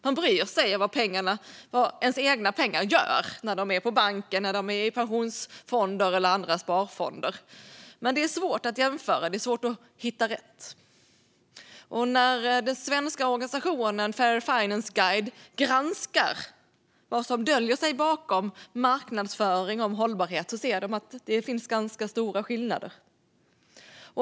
Man bryr sig om vad ens egna pengar gör när de är på banken, i pensionsfonder eller i andra sparformer. Men det är svårt att jämföra. Det är svårt att hitta rätt. När den svenska organisationen Fair Finance Guide granskar vad som döljer sig bakom marknadsföring om hållbarhet ser den ganska stora skillnader.